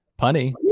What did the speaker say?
Punny